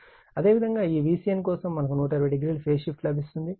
అదేవిధంగా అదేవిధంగా ఈ Vcn కోసం మనకు 120o ఫేజ్ షిఫ్ట్ లభిస్తుంది